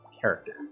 character